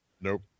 Nope